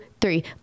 three